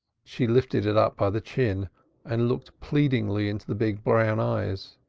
she lifted it up by the chin and looked pleadingly into the big brown eyes.